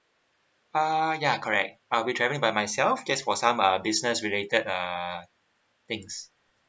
uh ya correct I will be traveling by myself just for some uh business related err things